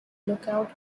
lookout